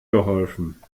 geholfen